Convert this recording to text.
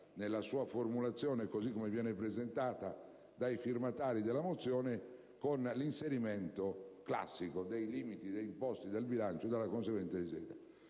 nella sua formulazione così come presentata dai firmatari della mozione, con l'inserimento classico dei limiti imposti dal bilancio e dalla conseguente